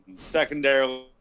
secondarily